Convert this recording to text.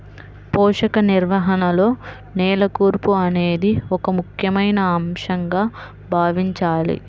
పోషక నిర్వహణలో నేల కూర్పు అనేది ఒక ముఖ్యమైన అంశంగా భావించాలి